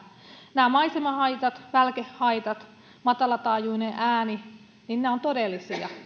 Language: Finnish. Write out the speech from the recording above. nämä maisemahaitat välkehaitat matalataajuinen ääni nämä ovat todellisia